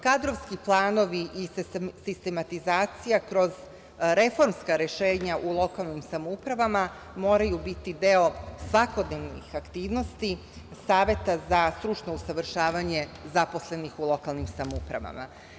Kadrovski planovi i sistematizacija kroz reformska rešenja u lokalnim samoupravama moraju biti deo svakodnevnih aktivnosti Saveta za stručno usavršavanje zaposlenih u lokalnim samoupravama.